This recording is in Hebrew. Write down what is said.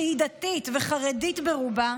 שהיא דתית וחרדית ברובה,